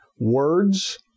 Words